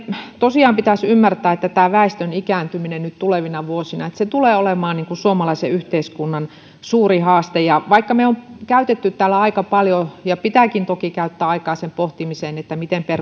tosiaan pitäisi ymmärtää että tämä väestön ikääntyminen nyt tulevina vuosina tulee olemaan suomalaisen yhteiskunnan suuri haaste vaikka me olemme käyttäneet täällä aika paljon ja pitääkin toki käyttää aikaa sen pohtimiseen miten